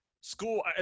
school